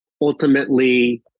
ultimately